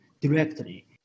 directly